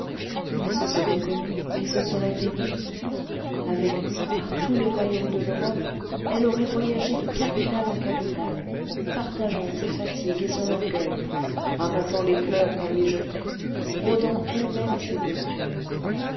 ils se seraient connus ils se seraient aimés avec lui par tous les royaumes de l'europe elle aurait voyagé de capitale en capitale partageant ses fatigues et son orgueil ramassant les fleurs qu'on lui jetait brodant elle-même ses costumes